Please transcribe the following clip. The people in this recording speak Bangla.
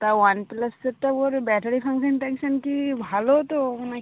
তা ওয়ান প্লাস সেটটা ওর ব্যাটারি ফাংশান টাংশান কি ভালো তো নাকি